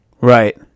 Right